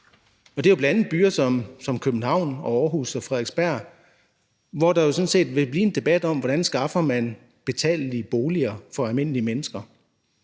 Det er jo bl.a. i byer som København, Aarhus og Frederiksberg, at der vil blive en debat om, hvordan man skaffer betalelige boliger for almindelige mennesker.